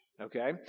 okay